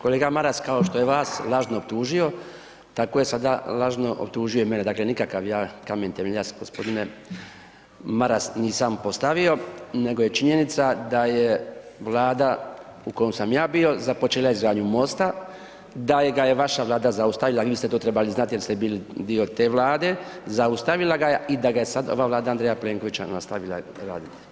Kolega Maras kao što je vas lažno optužio, tako je sada lažno optužio i mene, dakle, nikakav ja kamen temeljac gospodine Maras nisam postavio, nego je činjenica da je vlada u kojoj sam ja bio započela izgradnju mosta, da gaj e vaša vlada zaustavila i vi ste to trebali znati, jer st ebili dio te vlade, zaustavila ga je i da ga je sada ova vlada Andreja Plenkovića nastavila raditi.